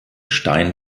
stein